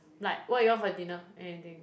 like what you want for dinner anything